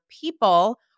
people